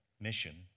mission